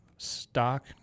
stock